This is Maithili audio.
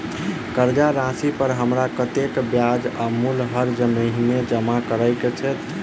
कर्जा राशि पर हमरा कत्तेक ब्याज आ मूल हर महीने जमा करऽ कऽ हेतै?